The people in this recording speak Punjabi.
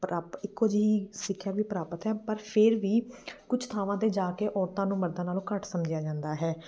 ਪ੍ਰਾਪ ਇੱਕੋ ਜਿਹੀ ਸਿੱਖਿਆ ਵੀ ਪ੍ਰਾਪਤ ਹੈ ਪਰ ਫਿਰ ਵੀ ਕੁਛ ਥਾਵਾਂ 'ਤੇ ਜਾ ਕੇ ਔਰਤਾਂ ਨੂੰ ਮਰਦਾਂ ਨਾਲੋਂ ਘੱਟ ਸਮਝਿਆ ਜਾਂਦਾ ਹੈ